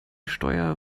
steuer